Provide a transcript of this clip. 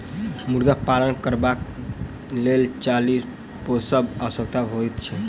मुर्गा पालन करबाक लेल चाली पोसब आवश्यक होइत छै